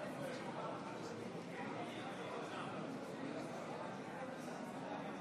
לא נכנסים עם תיקים היום למליאה.